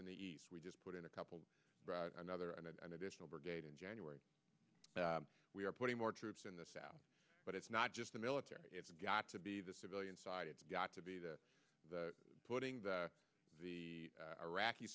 in the east we just put in a couple of another and additional brigade in january we are putting more troops in the south but it's not just the military got to be the civilian side it's got to be the the putting that the iraqi